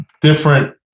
different